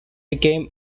became